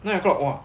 nine o'clock !wah!